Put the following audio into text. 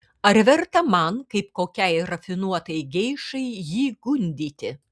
ar verta man kaip kokiai rafinuotai geišai jį gundyti